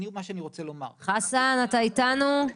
חסן, אתה איתנו.